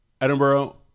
Edinburgh